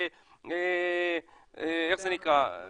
של